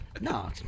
No